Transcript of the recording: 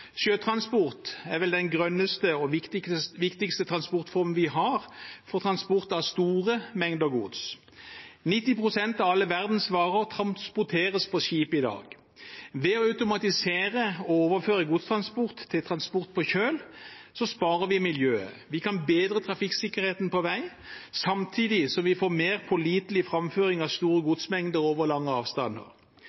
Sjøtransport er vel den grønneste og viktigste transportformen vi har for transport av store mengder gods. 90 pst. av alle verdens varer transporteres på skip i dag. Ved å automatisere og overføre godstransport til transport på kjøl sparer vi miljøet og kan bedre trafikksikkerheten på vei, samtidig som vi får mer pålitelig framføring av store